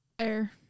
air